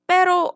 Pero